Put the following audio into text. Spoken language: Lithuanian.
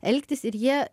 elgtis ir jie